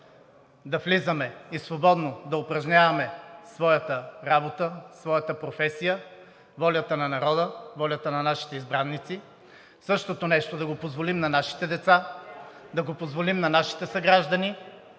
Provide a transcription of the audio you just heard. да влизаме и свободно да упражняваме своята работа, професия, волята на народа, волята на нашите избраници, същото нещо да го позволим на нашите деца, да го позволим на нашите съграждани,